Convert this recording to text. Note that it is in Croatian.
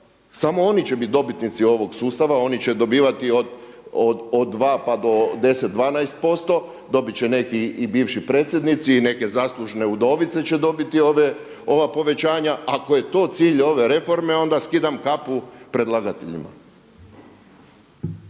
samo oni će biti dobitnici ovog sustava, oni će dobivati od dva pa do 10, 12% dobit će neki i bivši predsjednici i neke zaslužne udovice će dobiti ova povećanja. Ako je to cilj ove reforme onda skidam kapu predlagateljima.